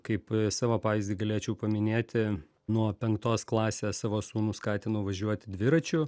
kaip savo pavyzdį galėčiau paminėti nuo penktos klasės savo sūnų skatinu važiuoti dviračiu